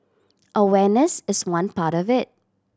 awareness is one part of it